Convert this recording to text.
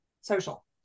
social